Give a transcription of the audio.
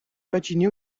patiné